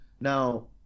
Now